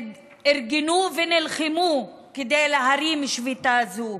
שארגנו ונלחמו כדי להרים שביתה זו.